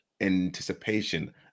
anticipation